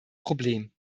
problem